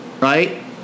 right